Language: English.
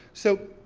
so,